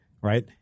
right